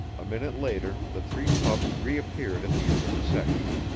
a minute later, the three pups reappeared at the end of the section.